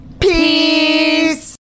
Peace